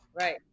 right